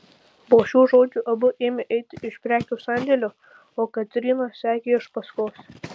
po šių žodžių abu ėmė eiti iš prekių sandėlio o katryna sekė iš paskos